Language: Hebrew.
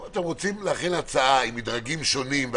אם אתם רוצים להכין הצעה עם מדרגים שונים,